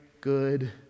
good